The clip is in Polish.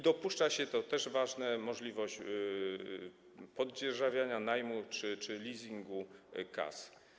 Dopuszcza się - to też ważne - możliwość poddzierżawienia, najmu czy leasingu kas.